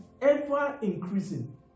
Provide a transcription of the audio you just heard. ever-increasing